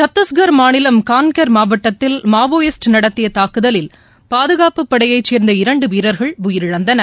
சத்தீஸ்கர் மாநிலம் காங்கர் மாவட்டத்தில் நடத்தியதாக்குதலில் பாதுகாப்பு படையைசேர்ந்த இரண்டுவீரர்கள் உயிரிழந்தனர்